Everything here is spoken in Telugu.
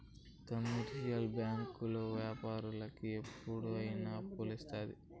కమర్షియల్ బ్యాంకులు వ్యాపారానికి ఎప్పుడు అయిన అప్పులు ఇత్తారు